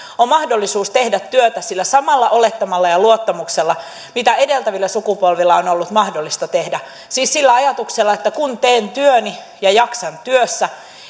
on mahdollisuus tehdä työtä sillä samalla olettamalla ja luottamuksella millä edeltävillä sukupolvilla on ollut mahdollista tehdä siis sillä ajatuksella että kun teen työni ja jaksan työssä